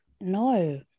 No